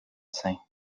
saint